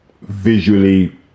Visually